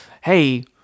hey